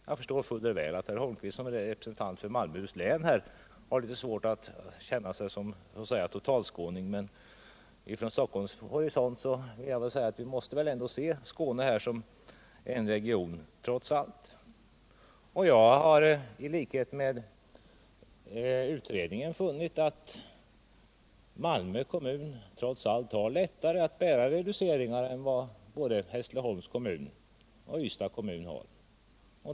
Jag förstår fuller väl att herr Holmqvist såsom representant för Malmöhus län har litet svårt för att : känna sig så att säga som en totalskåning, men från Stockholms horisont måste vi väl ändå betrakta Skåne som en enda region, och jag har i likhet med utredningen funnit att Malmö kommun trots allt har lättare att bära reduceringar än vad både Hässleholms kommun och Ystads kommun har.